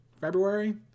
February